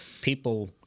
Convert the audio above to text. people –